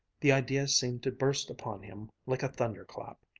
the idea seemed to burst upon him like a thunder-clap.